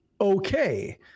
okay